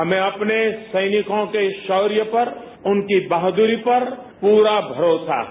हमें अपने सैनिकों के शौर्य पर उनकी बहादुरी पर पूरा भरोसा है